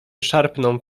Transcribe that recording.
szarpną